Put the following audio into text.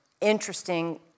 interesting